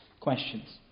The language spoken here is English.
questions